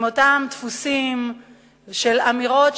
אותם דפוסים של אמירות,